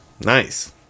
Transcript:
nice